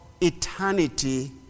eternity